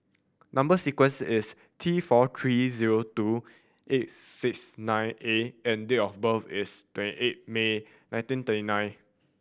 number sequence is T four three zero two eight six nine A and date of birth is twenty eight May nineteen thirty nine